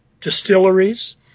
distilleries